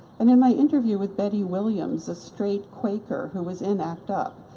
and in my interview with betty williams, a straight quaker who was in act up,